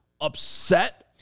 upset